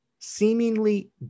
Seemingly